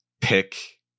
pick